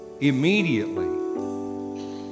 Immediately